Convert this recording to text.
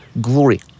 glory